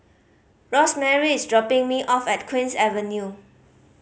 Rosemary is dropping me off at Queen's Avenue